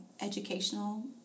educational